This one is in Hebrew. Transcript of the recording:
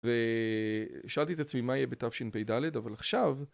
ושאלתי את עצמי מה יהיה בתשפ"ד אבל עכשיו